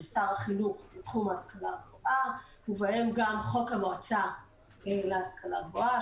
שר החינוך בתחום ההשכלה הגבוהה ובהם גם חוק המועצה להשכלה גבוהה,